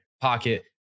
pocket